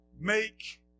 make